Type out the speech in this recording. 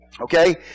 Okay